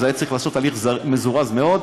היה צריך לעשות הליך מזורז מאוד.